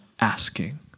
asking